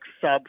sub